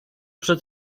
przed